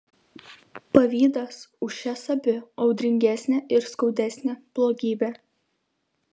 pavydas už šias abi audringesnė ir skaudesnė blogybė